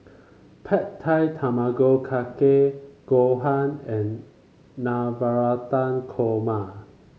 Pad Thai Tamago Kake Gohan and Navratan Korma